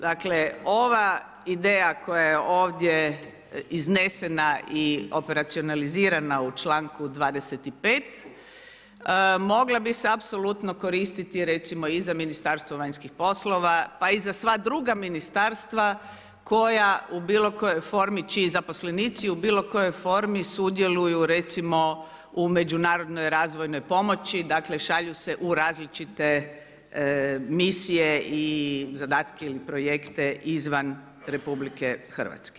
Dakle ova ideja koja je ovdje iznesena i operacionalizirana u članku 25. mogla bi se apsolutno koristiti recimo i za Ministarstvo vanjskih poslova pa i za sva druga ministarstva čiji zaposlenici u bilokojoj formi sudjeluju recimo u međunarodnoj, razvojnoj pomoći, dakle šalje se u različite misije zadatke ili projekte izvan RH.